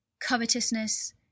covetousness